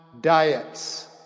diets